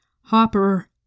Hopper